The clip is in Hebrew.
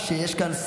אני אומר,